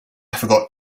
forgot